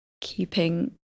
keeping